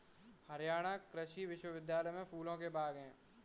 हरियाणा कृषि विश्वविद्यालय में फूलों के बाग हैं